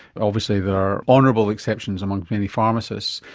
obviously there are honourable exceptions among many pharmacists.